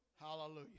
Hallelujah